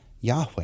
Yahweh